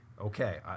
Okay